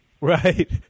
Right